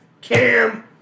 Cam